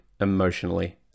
emotionally